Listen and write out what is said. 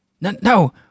No